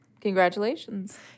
Congratulations